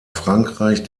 frankreich